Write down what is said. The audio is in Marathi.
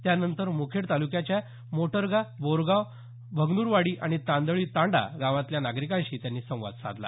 त्यानंतर मुखेड तालुक्याच्या मोटरगा बोरगाव भगनुरवाडी आणि तांदळीतांडा गावातल्या नागरिकांशी संवाद साधला